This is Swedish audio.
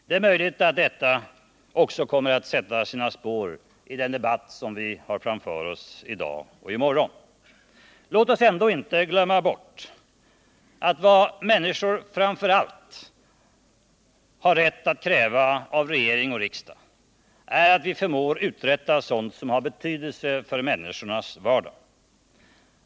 Det är möjligt att detta också kommer att sätta sina spår i den debatt som vi har framför oss i dag och i morgon. Låt oss ändå inte glömma bort att vad människor framför allt har rätt att kräva av regering och riksdag är att vi förmår uträtta sådant som har betydelse för människornas vardag.